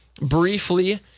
briefly